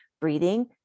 breathing